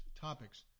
topics